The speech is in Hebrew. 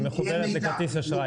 שהיא מחוסרת בכרטיס אשראי?